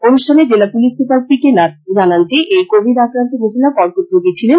অনুষ্ঠানে জেলা police super P K Nath জানান যে এই কোভিড আক্রান্ত মহিলা কর্কট রোগী ছিলেন